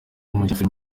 n’umukinnyi